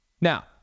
Now